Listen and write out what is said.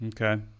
Okay